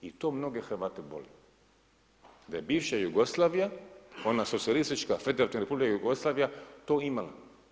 I to mnoge Hrvate boli, da je bivša Jugoslavija, ona Socijalistička Federativna Republika Jugoslavija toga imala.